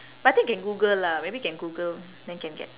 but I think can google lah maybe can google then can get